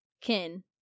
kin